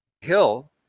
Hill